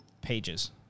pages